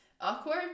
awkward